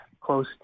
close